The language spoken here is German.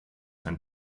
wenn